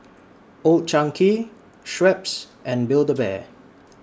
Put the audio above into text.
Old Chang Kee Schweppes and Build A Bear